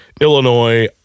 Illinois